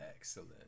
Excellent